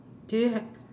do you have